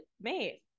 mate